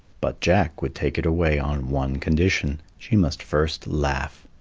but jack would take it away on one condition she must first laugh.